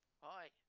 Hi